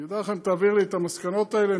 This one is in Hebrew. אני אודה לך אם תעביר לי את המסקנות האלה.